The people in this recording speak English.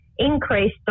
Increased